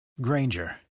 Granger